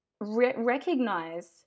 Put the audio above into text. recognize